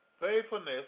faithfulness